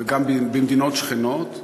וגם במדינות שכנות,